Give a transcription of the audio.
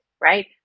right